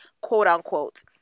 quote-unquote